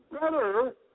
better